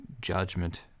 judgment